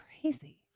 crazy